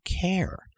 care